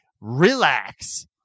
Relax